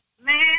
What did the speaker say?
man